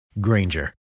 Granger